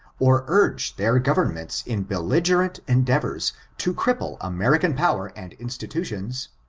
or urge their governments in belligerent endeavors to cripple american power and institutions,